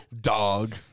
Dog